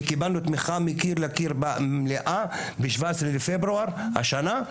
וקיבלנו תמיכה מקיר לקיר במליאה ב-17 בפברואר השנה.